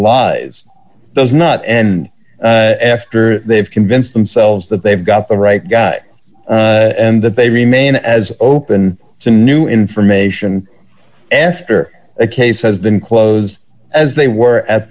lies does not end after they've convinced themselves that they've got the right guy and that they remain as open to new information after a case has been closed as they were at